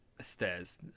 stairs